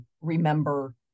remember